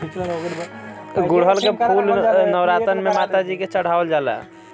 गुड़हल के फूल नवरातन में माता जी के चढ़ावल जाला